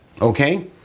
okay